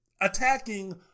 attacking